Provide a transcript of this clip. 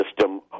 system